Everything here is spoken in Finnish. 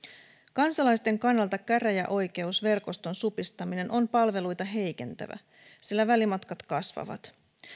kansalaisten kannalta käräjäoikeusverkoston supistaminen on palveluita heikentävä sillä välimatkat kasvavat